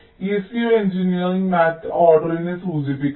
ECO engineering മാറ്റ ഓർഡറിനെ സൂചിപ്പിക്കുന്നു